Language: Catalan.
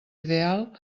ideal